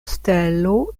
stelo